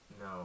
No